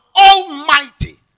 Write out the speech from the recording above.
Almighty